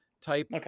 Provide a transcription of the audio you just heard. type